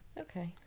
Okay